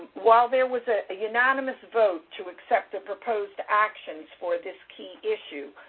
while there was a unanimous vote to accept the proposed actions for this key issue,